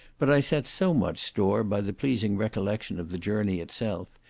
but i set so much store by the pleasing recollection of the journey itself,